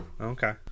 Okay